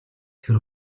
тэр